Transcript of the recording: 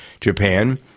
Japan